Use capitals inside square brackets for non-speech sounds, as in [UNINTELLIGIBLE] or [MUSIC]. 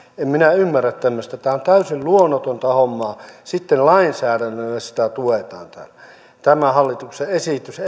en minä ymmärrä tämmöistä tämä on täysin luonnotonta hommaa sitten lainsäädännöllä sitä tuetaan täällä tämä hallituksen esitys [UNINTELLIGIBLE]